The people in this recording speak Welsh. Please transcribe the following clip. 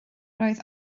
roedd